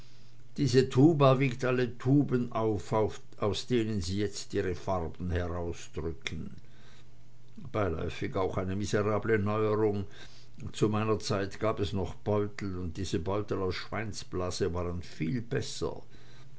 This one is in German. diese tuba wiegt alle tuben auf aus denen sie jetzt ihre farben herausdrücken beiläufig auch eine miserable neuerung zu meiner zeit gab es noch beutel und diese beutel aus schweinsblase waren viel besser